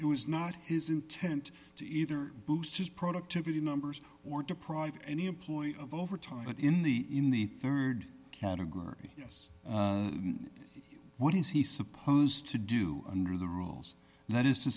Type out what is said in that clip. it was not his intent to either boost his productivity numbers or deprive any employee of overtime but in the in the rd category yes what is he supposed to do under the rules that is to